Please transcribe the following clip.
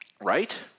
right